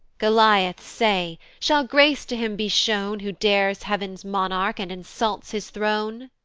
goliath say, shall grace to him be shown, who dares heav'ns monarch, and insults his throne?